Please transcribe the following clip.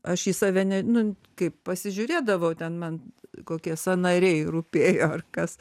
aš į save ne nu kaip pasižiūrėdavau ten man kokie sąnariai rūpėjo ar kas